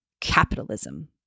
capitalism